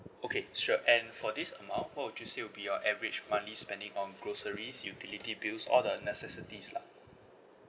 okay sure and for this amount what would you say will be your average monthly spending on groceries utility bills all the necessities lah